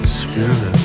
spirit